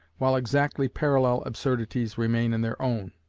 while exactly parallel absurdities remain in their own,